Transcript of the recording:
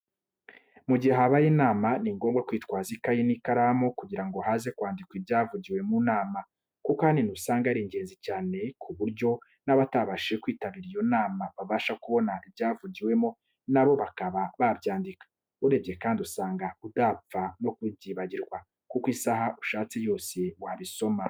Mu gihe habaye inama ni ngombwa kwitwaza ikayi n'ikaramu kugira ngo haze kwandikwa ibyavugiwe mu nama, kuko ahanini usanga ari ingenzi cyane ku buryo n'abatabashije kwitabira iyo nama babasha kubona ibyavugiwemo na bo bakaba babyandika. Urebye kandi usanga udapfa no kubyibagirwa kuko isaha ushatse yose wabisoma.